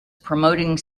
promoting